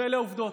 אלה העובדות.